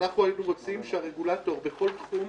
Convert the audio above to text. אנחנו היינו רוצים שהרגולטור בכל תחום